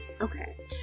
Okay